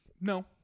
No